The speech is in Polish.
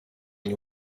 nie